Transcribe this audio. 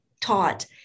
taught